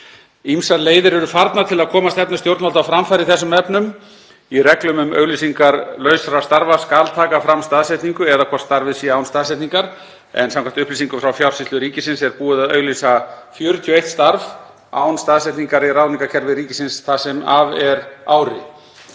Ýmsar leiðir eru farnar til að koma stefnu stjórnvalda á framfæri í þessum efnum. Í reglum um auglýsingar lausra starfa skal taka fram staðsetningu eða hvort starfið sé án staðsetningar, en samkvæmt upplýsingum frá Fjársýslu ríkisins er búið að auglýsa 41 starf án staðsetningar í ráðningarkerfi ríkisins það sem af er ári.